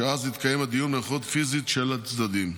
שאז יתקיים הדיון בנוכחות פיזית של הצדדים.